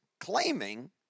claiming